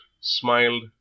smiled